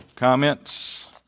Comments